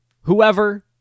whoever